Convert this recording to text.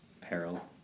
Peril